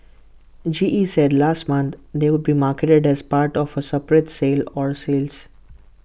G E said last month they would be marketed as part of A separate sale or sales